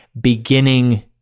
beginning